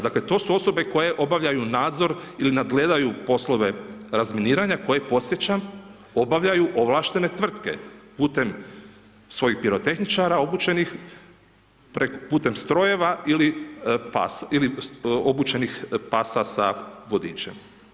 Dakle, to su osobe koje obavljaju nadzor ili nadgledaju poslove razminiranje koje podsjećam obavljaju ovlaštene tvrtke, putem svojih pirotehničara obučenih putem strojeva ili obučenih pasa sa vodičem.